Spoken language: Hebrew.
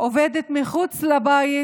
עובדת מחוץ לבית